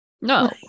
No